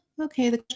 okay